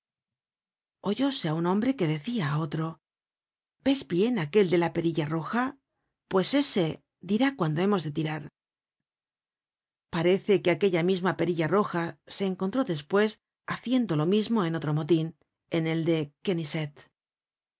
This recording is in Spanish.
terrible oyóse á un hombre que decia á otro ves bien á aquel de la perilla roja pues ese dirá cuándo hemos de tirar parece que aquella misma perilla roja se encontró despues content from google book search generated at haciendolo mismo en otro motin en el de quenisset